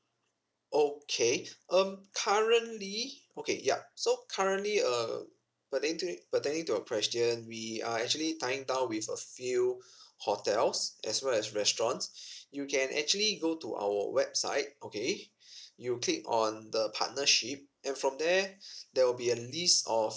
okay um currently okay yup so currently err pertaining to your question we are actually tying down with a few hotels as well as restaurants you can actually go to our website okay you click on the partnership and from there there will be a list of